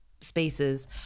spaces